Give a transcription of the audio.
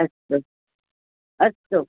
अस्तु अस्तु